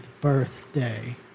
birthday